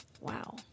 Wow